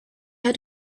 had